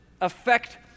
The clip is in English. affect